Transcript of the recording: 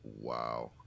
Wow